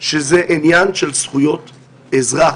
זה עניין של זכויות אזרח.